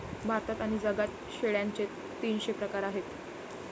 भारतात आणि जगात शेळ्यांचे तीनशे प्रकार आहेत